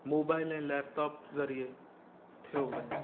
mobile ऐं laptop ज़रिए थियो वञे